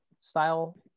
style